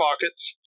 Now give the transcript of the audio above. pockets